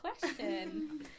question